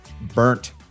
burnt